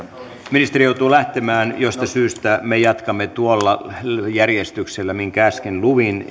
ministeri joutuu lähtemään josta syystä me jatkamme tuolla järjestyksellä minkä äsken luin